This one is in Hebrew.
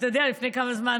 אתה יודע, לפני כמה זמן